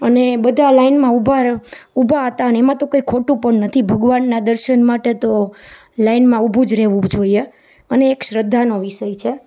અને બધાં લાઇનમાં ઊભા હતાં ને એમાં તો કંઇ ખોટું પણ નથી ભગવાનના દર્શન માટે તો લાઇનમાં ઊભું જ રહેવું જોઈએ અને એક શ્રદ્ધાનો વિષય છે